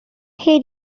সেই